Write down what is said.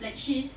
like she's